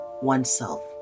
oneself